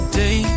day